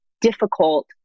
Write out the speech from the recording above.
difficult